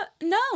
No